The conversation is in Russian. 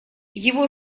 его